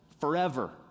forever